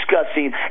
discussing